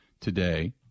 today